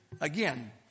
Again